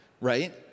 right